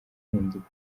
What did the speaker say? impinduka